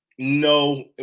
No